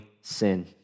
sin